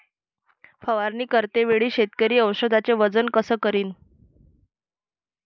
फवारणी करते वेळी शेतकरी औषधचे वजन कस करीन?